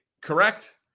Correct